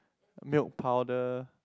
milk powder